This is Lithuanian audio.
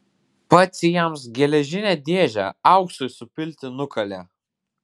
pats jiems geležinę dėžę auksui supilti nukalė